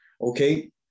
Okay